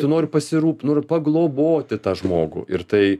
tu nori pasirūp nu ir pagloboti tą žmogų ir tai